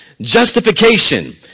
justification